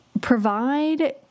provide